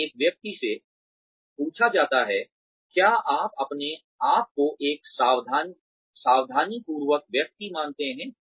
तो एक व्यक्ति से पूछा जाता है क्या आप अपने आप को एक सावधानीपूर्वक व्यक्ति मानते हैं